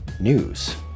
news